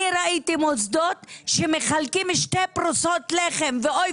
אני ראיתי מוסדות שמחלקים שתי פרוסות לחם ואוי